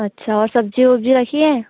अच्छा और सब्ज़ी उब्जी रखी हैं